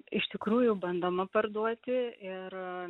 iš tikrųjų bandoma parduoti ir